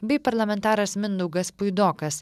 bei parlamentaras mindaugas puidokas